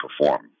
perform